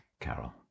Carol